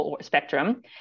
spectrum